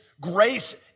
grace